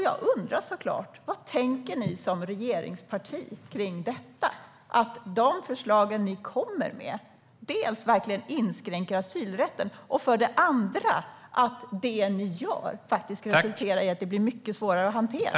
Jag undrar såklart: Vad tänker ni som regeringsparti kring detta? De förslag ni kommer med inskränker verkligen asylrätten. Och det ni gör resulterar faktiskt i att detta blir mycket svårare att hantera.